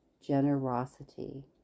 Generosity